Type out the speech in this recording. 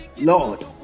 Lord